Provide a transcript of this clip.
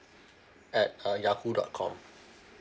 at uh yahoo dot com